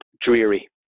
dreary